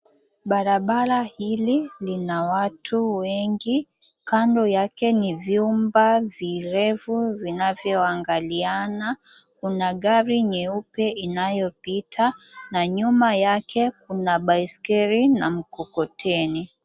Brabara hili lina watu wengi, kando yake ni vyumba virefu vinavyoangaliana. Kuna gari nyeupe inayopita na nyuma yake kuna baiskeli na mkokoteni.